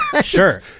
Sure